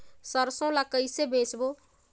सरसो ला कइसे बेचबो?